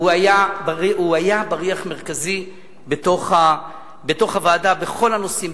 הוא היה בריח מרכזי בוועדה בכל הנושאים,